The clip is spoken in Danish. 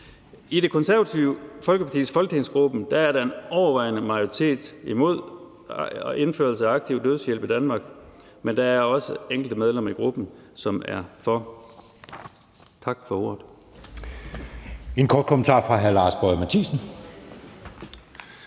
I Det Konservative Folkepartis folketingsgruppe er der en overvejende majoritet imod at indføre aktiv dødshjælp i Danmark, men der er også enkelte medlemmer af gruppen, som er for. Tak for ordet. Kl. 13:07 Anden næstformand